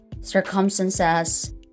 circumstances